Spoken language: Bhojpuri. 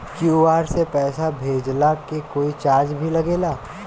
क्यू.आर से पैसा भेजला के कोई चार्ज भी लागेला?